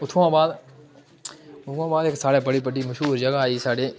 उत्थुआं बाद उत्थुआं बाद इक साढ़े बड़ी बड्डी मश्हूर जगह् आई साढ़े